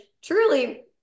truly